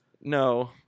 No